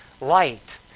light